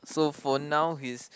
so for now his